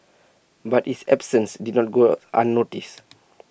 but his absences did not go unnoticed